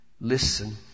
listen